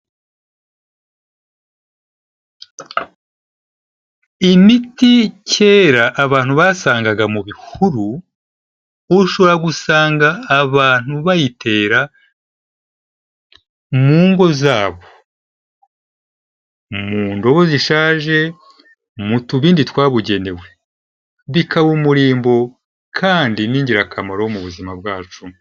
Imiti kera abantu basangaga mu bihuru, ushobora gusanga abantu bayitera mu ngo zabo, mu ndobo zishaje, mu tubindi twabugenewe, bikaba umurimbo kandi n'ingirakamaro mu buzima bwacu.